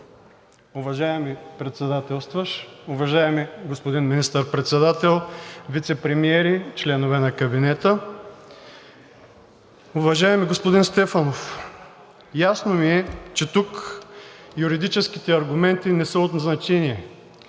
уважаеми Председателстващ, уважаеми господин Министър-председател, вицепремиери, членове на Кабинета! Уважаеми господин Стефанов, ясно ми е, че тук юридическите аргументи не са от значение